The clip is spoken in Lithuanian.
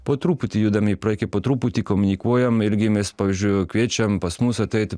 po truputį judame į priekį po truputį komunikuojam elgiamės pavyzdžiui kviečiam pas mus ateiti